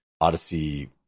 odyssey